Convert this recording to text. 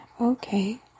Okay